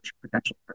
potential